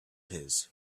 his